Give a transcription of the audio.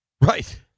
Right